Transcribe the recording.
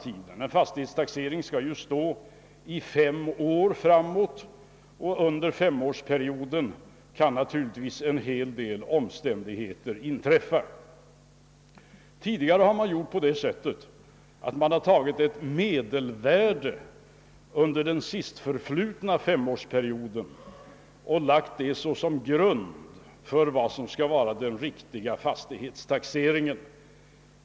En fastighetstaxering skall ju gälla i fem år framåt, och under femårsperioden kan naturligtvis en hel del inträffa. Tidigare har man gjort på det sättet, att man har tagit medelvärdet under den sist förflutna femårsperioden och lagt det som grund för vad som skall vara det rätta värdet vid fastighetstaxeringen.